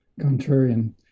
contrarian